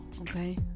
okay